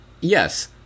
yes